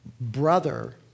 brother